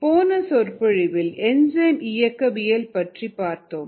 போன சொற்பொழிவில் என்சைம் இயக்கவியல் பற்றி பார்த்தோம்